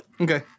Okay